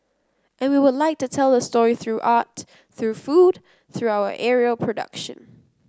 and we would like to tell the story through art through food through our aerial production